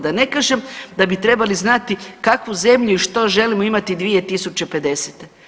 Da ne kažem da bi trebali znati kakvu zemlju i što želimo imati 2050.